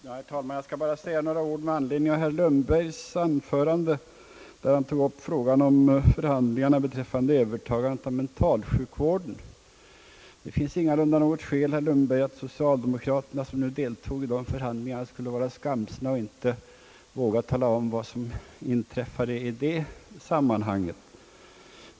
Herr talman! Jag skall bara säga några ord med anledning av herr Lundbergs anförande, i vilket frågan om förhandlingarna beträffande övertagandet av mentalsjukvården togs upp. Det finns ingalunda, herr Lundberg, något skäl till att socialdemokraterna, som deltog i dessa förhandlingar, skulle vara skamsna och därför inte skulle våga tala om vad som inträffat i detta sammanhang.